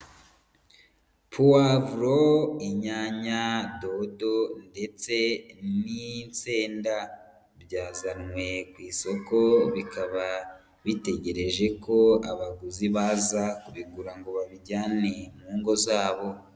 Puwavuro, inyanya, dodo ndetse n'insenda. Byazanwe ku isoko bikaba bitegereje ko abaguzi baza kubigura ngo babijyane mu ngo zabo.